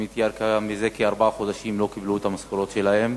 זה כארבעה חודשים הם לא קיבלו את המשכורות שלהם.